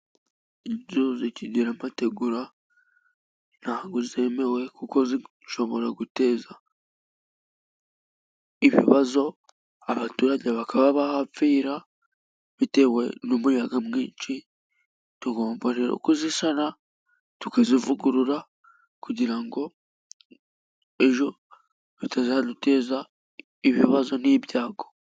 Inzu zikigira amategura ntabwo zemewe kuko zishobora guteza ibibazo abaturage bakaba bahapfira bitewe n'umuyaga mwinshi. Tugomba ero kuzisana, tukazivugurura kugira ngo ejo hatazaduteza ibibazo n'ibyago.